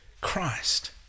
Christ